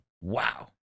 Wow